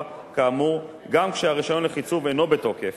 כאמור גם כשהרשיון לחיצוב אינו בתוקף,